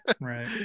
right